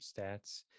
stats